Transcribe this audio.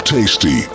Tasty